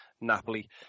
Napoli